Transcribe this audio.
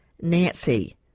nancy